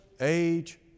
age